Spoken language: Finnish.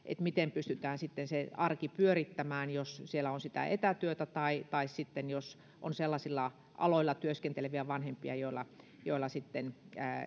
miten pystytään sitten se arki pyörittämään jos siellä on sitä etätyötä tai tai jos on sellaisilla aloilla työskenteleviä vanhempia joilla joilla sitten